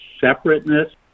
separateness